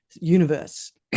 universe